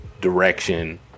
direction